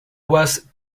was